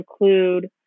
include